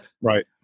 Right